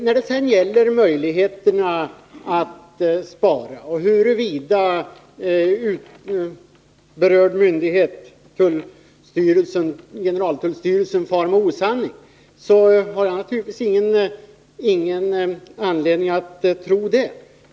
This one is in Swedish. När det sedan gäller möjligheterna att spara och frågan huruvida berörd myndighet, generaltullstyrelsen, far med osanning, vill jag säga att jag naturligtvis inte har någon anledning att tro det.